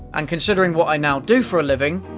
and considering what i now do for a living,